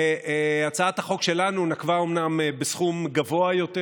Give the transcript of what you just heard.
הצעת החוק שלנו נקבה אומנם בסכום גבוה יותר.